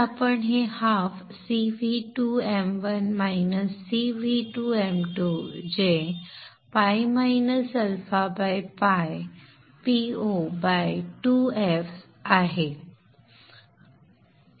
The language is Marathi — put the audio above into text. तर आपण हे ½ जे ᴨ αᴨ Po by 2f आहे सोपे करूया